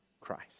Christ